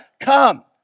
Come